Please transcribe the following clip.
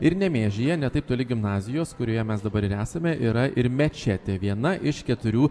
ir nemėžyje ne taip toli gimnazijos kurioje mes dabar ir esame yra ir mečetė viena iš keturių